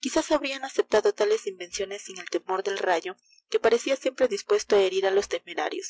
quizis habrían aceptado tales invenciones sin el temor del rayo que parccia siempre dispuesto é herirá los temerarios